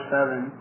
Seven